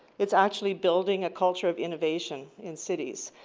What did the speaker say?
it's actually building a culture of innovation in cities.